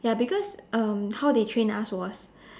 ya because um how the train us was